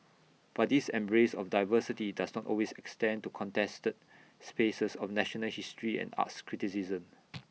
but this embrace of diversity does not always extend to contested spaces of national history and arts criticism